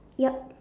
yup